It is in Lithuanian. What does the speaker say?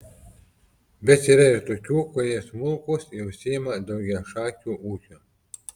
bet yra ir tokių kurie smulkūs ir užsiima daugiašakiu ūkiu